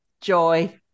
Joy